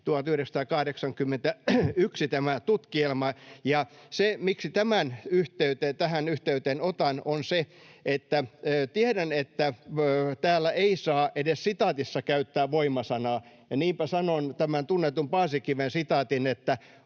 1981. Se, miksi tämän tähän yhteyteen otan, on se, että tiedän, että täällä ei saa edes sitaatissa käyttää voimasanaa, ja niinpä sanon tämän tunnetun Paasikiven sitaatin niin, että